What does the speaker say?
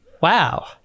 Wow